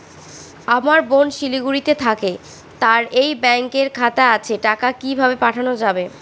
আমার বোন শিলিগুড়িতে থাকে তার এই ব্যঙকের খাতা আছে টাকা কি ভাবে পাঠানো যাবে?